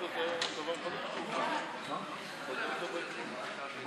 קיש לסעיף 9 נתקבלה.